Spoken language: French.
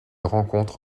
rencontre